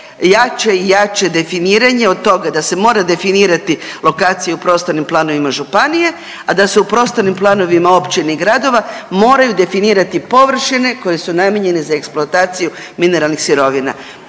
jače i jače definiranje od toga da se mora definirati lokacija u prostornim planova županije, a da se u prostornim planovima općine i gradova moraju definirati površine koje su namijenjene za eksploataciju mineralnih sirovina.